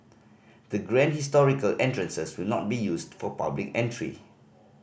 the grand historical entrances will not be used for public entry